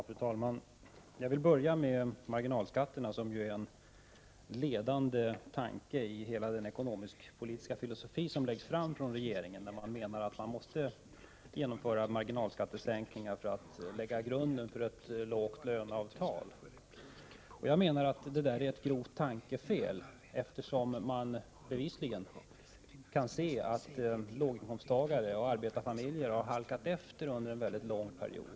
Fru talman! Jag vill börja med marginalskatterna, som ju är en huvudsak i hela den ekonomiskpolitiska filosofi som regeringen lägger fram. Man menar ju att marginalskattesänkningar måste genomföras för att man skall kunna lägga grunden till låga löneavtal. Enligt min mening är detta ett grovt tankefel, eftersom man bevisligen kan se att låginkomstagare och arbetarfamiljer har halkat efter under en mycket lång period.